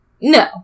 No